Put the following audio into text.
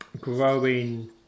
growing